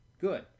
Good